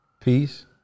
Peace